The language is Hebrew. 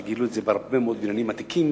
שגילו בהרבה מאוד בניינים עתיקים,